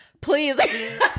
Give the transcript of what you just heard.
please